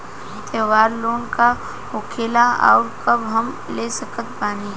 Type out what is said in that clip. त्योहार लोन का होखेला आउर कब हम ले सकत बानी?